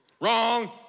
Wrong